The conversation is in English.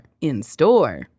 in-store